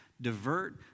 divert